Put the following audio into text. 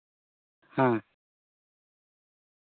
ᱦᱮᱸ